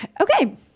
Okay